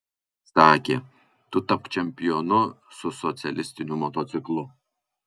sakė tu tapk čempionu su socialistiniu motociklu